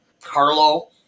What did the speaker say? Carlo